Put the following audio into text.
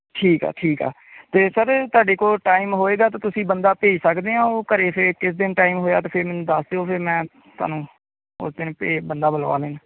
ਠੀਕ ਆ ਠੀਕ ਆ ਅਤੇ ਸਰ ਤੁਹਾਡੇ ਕੋਲ ਟਾਈਮ ਹੋਏਗਾ ਤਾਂ ਤੁਸੀਂ ਬੰਦਾ ਭੇਜ ਸਕਦੇ ਹੋ ਉਹ ਘਰੇ ਫਿਰ ਕਿਸੇ ਦਿਨ ਟਾਈਮ ਹੋਇਆ ਤਾਂ ਫਿਰ ਮੈਨੂੰ ਦੱਸ ਦਿਓ ਫਿਰ ਮੈਂ ਤੁਹਾਨੂੰ ਉਸ ਦਿਨ ਭੇਜ ਬੰਦਾ ਬੁਲਵਾ ਲੈਣ